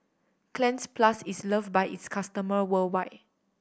Cleanz Plus is loved by its customer worldwide